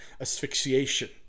asphyxiation